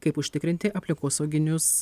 kaip užtikrinti aplinkosauginius